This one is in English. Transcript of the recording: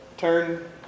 Turn